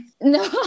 No